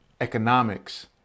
economics